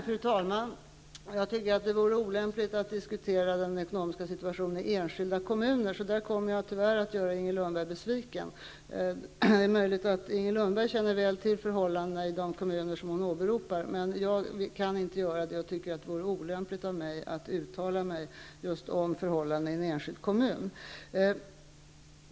Fru talman! Jag tycker att det vore olämpligt av mig att uttala mig om den ekonomiska situationen i enskilda kommuner, så där kommer jag tyvärr att göra Inger Lundberg besviken. Det är möjligt att hon känner väl till förhållandena i de kommuner som hon åberopar, men jag kan inte göra det.